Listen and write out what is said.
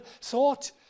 thought